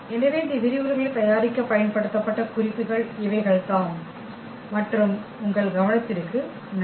எனவே இந்த விரிவுரைகளைத் தயாரிக்கப் பயன்படுத்தப்பட்ட குறிப்புகள் இவைகள் தாம் மற்றும் உங்கள் கவனத்திற்கு நன்றி